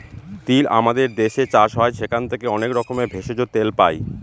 তিল আমাদের দেশে চাষ হয় সেখান থেকে অনেক রকমের ভেষজ, তেল পাই